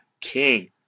King